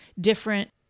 different